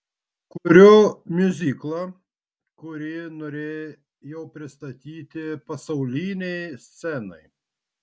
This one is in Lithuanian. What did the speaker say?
kuriu miuziklą kurį norėjau pristatyti pasaulinei scenai